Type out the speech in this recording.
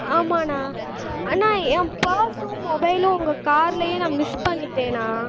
ஆம்மாண்ணா அண்ணா என் பரிசும் மொபைலும் உங்கள் கார்லயே நான் மிஸ் பண்ணிட்டேன்னா